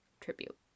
tribute